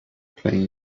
playing